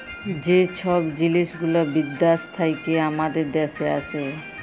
যে ছব জিলিস গুলা বিদ্যাস থ্যাইকে আমাদের দ্যাশে আসে